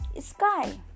sky